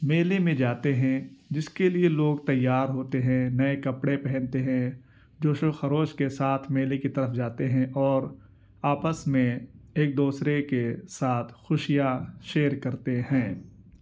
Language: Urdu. میلے میں جاتے ہیں جس کے لیے لوگ تیار ہوتے ہیں نئے کپڑے پہنتے ہیں جوش و خروش کے ساتھ میلے کی طرف جاتے ہیں اور آپس میں ایک دوسرے کے ساتھ خوشیاں شیئر کرتے ہیں